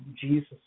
Jesus